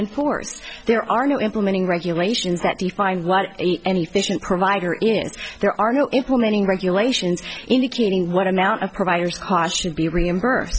enforce there are no implementing regulations that define what any fission provider in there are no implementing regulations indicating what amount of providers harsh to be reimbursed